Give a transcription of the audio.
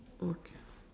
okay